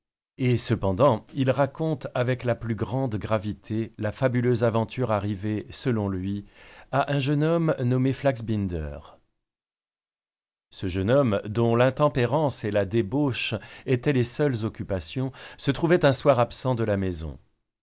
et cependant il raconte avec la plus grande gravité la fabuleuse aventure arrivée selon lui à un jeune homme nommé flaxbinder ce jeune homme dont l'intempérance et la débauche étaient les seules occupations se trouvait un soir absent de la maison